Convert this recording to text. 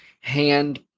hand